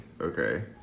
Okay